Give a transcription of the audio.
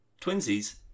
Twinsies